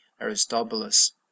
Aristobulus